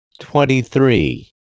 Twenty-three